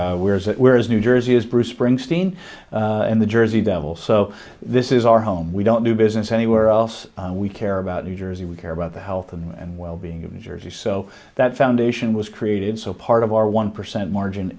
it were as new jersey as bruce springsteen and the jersey devils so this is our home we don't do business anywhere else we care about new jersey we care about the health and well being of new jersey so that foundation was created so part of our one percent margin